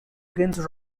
against